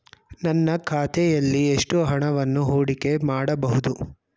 ನನ್ನ ಖಾತೆಯಲ್ಲಿ ಎಷ್ಟು ಹಣವನ್ನು ಹೂಡಿಕೆ ಮಾಡಬಹುದು?